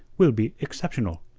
we'll be exceptional.